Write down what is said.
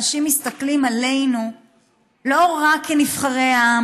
אנשים מסתכלים עלינו לא רק כנבחרי העם,